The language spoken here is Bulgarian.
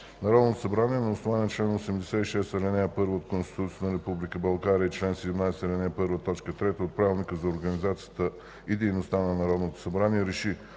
Народното събрание на основание чл. 86, ал. 1 от Конституцията на Република България и чл. 17, ал. 1, т. 3 от Правилника за организацията и дейността на Народното събрание